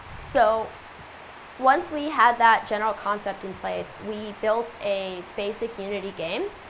so once we had that general concept in place, we built a basic unit game.